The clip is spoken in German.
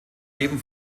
leben